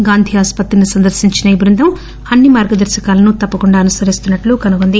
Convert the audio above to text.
గాంధీ ఆసుపత్రిని సందర్భించిన ఈ బృందం అన్ని మార్గదర్భకాలను తప్పకుండా అనుసరిస్తున్న ట్లు కనుగొంది